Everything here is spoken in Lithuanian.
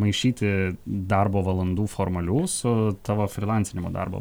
maišyti darbo valandų formalių su tavo frylancinimo darbo